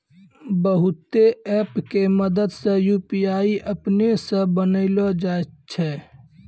बहुते ऐप के मदद से यू.पी.आई अपनै से बनैलो जाय छै